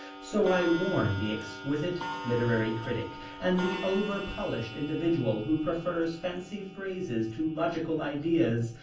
so i warn the exquisite literary critic and the over-polished individual who prefer fancy phrases to logical ideas,